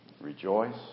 Rejoice